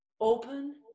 open